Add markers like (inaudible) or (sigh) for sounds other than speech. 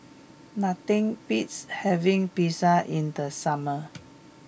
nothing beats having Pizza in the summer (noise)